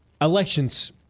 elections